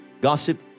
gossip